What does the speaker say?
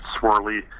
swirly